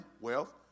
wealth